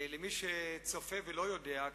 למי שצופה ולא יודע,